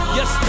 Yes